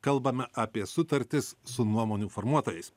kalbame apie sutartis su nuomonių formuotojais